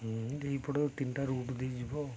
ହୁଁ ଏପଟେ ତିନିଟା ରୁଟ୍ ଦେଇଯିବ ଆଉ